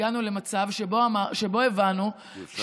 הגענו למצב שבו הבנו, אם אפשר, לסיים.